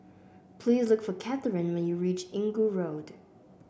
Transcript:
please look for Katheryn when you reach Inggu Road